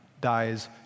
dies